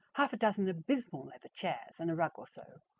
half a dozen abysmal leather chairs and a rug or so,